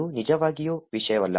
ಇದು ನಿಜವಾಗಿಯೂ ವಿಷಯವಲ್ಲ